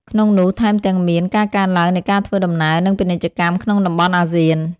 ក្នុងនោះ ថែមទាំងមាន ការកើនឡើងនៃការធ្វើដំណើរ និងពាណិជ្ជកម្មក្នុងតំបន់អាស៊ាន។